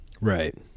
Right